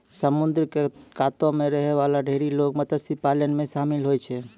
समुद्र क कातो म रहै वाला ढेरी लोग मत्स्य पालन म शामिल होय छै